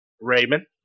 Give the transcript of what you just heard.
Raymond